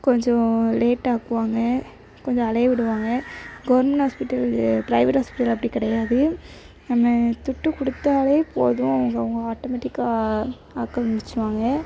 கொஞ்சம் லேட்டாக்குவாங்க கொஞ்சம் அலையை விடுவாங்க கவர்மெண்ட் ஹாஸ்பிட்டல் ப்ரைவேட் ஹாஸ்பிட்டல் அப்படி கிடையாது நம்ம துட்டு கொடுத்தாலே போதும் அவங்கவுங்க ஆட்டோமேட்டிக்காக பார்க்க ஆரம்பிச்சிடுவாங்க